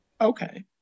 Okay